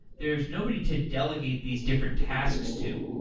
there's nobody to delegate these different tasks to.